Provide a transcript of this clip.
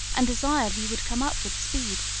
and desired he would come up with speed.